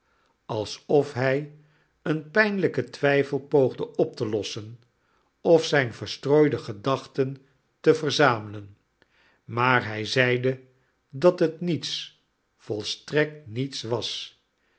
alsof hij een pijnhjkentwijfelpoogde op te lossen of zljne verstrooide gedachten te verzamelen maar hij zeide dat het niets volstrekt niets was